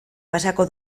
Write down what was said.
pasako